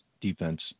defense